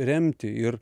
remti ir